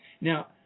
Now